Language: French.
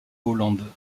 hollande